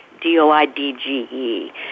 D-O-I-D-G-E